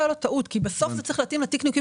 תהיה לו טעות כי בסוף זה צריך להתאים לתיק הניכויים